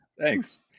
Thanks